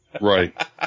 Right